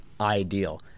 ideal